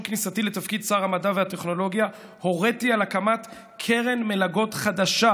עם כניסתי לתפקיד שר המדע והטכנולוגיה הוריתי על הקמת קרן מלגות חדשה,